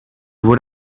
what